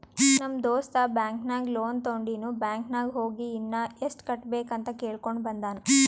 ನಮ್ ದೋಸ್ತ ಬ್ಯಾಂಕ್ ನಾಗ್ ಲೋನ್ ತೊಂಡಿನು ಬ್ಯಾಂಕ್ ನಾಗ್ ಹೋಗಿ ಇನ್ನಾ ಎಸ್ಟ್ ಕಟ್ಟಬೇಕ್ ಅಂತ್ ಕೇಳ್ಕೊಂಡ ಬಂದಾನ್